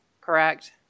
correct